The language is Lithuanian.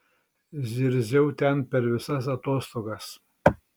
zirziau ten per visas atostogas